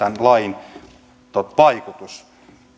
tämän lain vaikutus